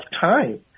time